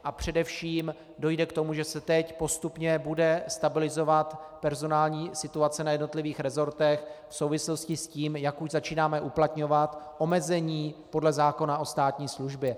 A především dojde k tomu, že se teď postupně bude stabilizovat personální situace na jednotlivých resortech v souvislosti s tím, jak už začínáme uplatňovat omezení podle zákona o státní službě.